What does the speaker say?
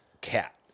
cat